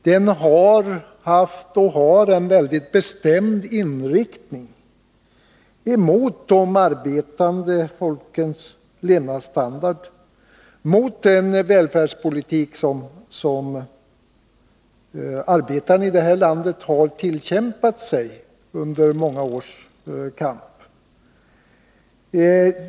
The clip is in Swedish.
Den har haft och har en väldigt bestämd inriktning emot det arbetande folkets levnadsstandard och mot den välfärd som arbetarna i det här landet under många år tillkämpat sig.